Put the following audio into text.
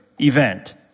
event